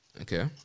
Okay